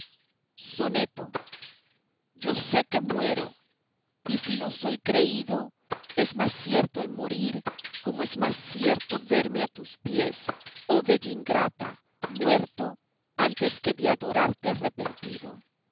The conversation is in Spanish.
soneto yo sé que muero y si no soy creído es más cierto el morir como es más cierto verme a tus pies oh bella ingrata muerto antes que de adorarte arrepentido